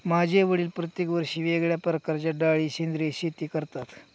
माझे वडील प्रत्येक वर्षी वेगळ्या प्रकारच्या डाळी सेंद्रिय शेती करतात